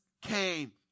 came